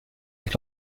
avec